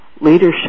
leadership